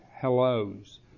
hellos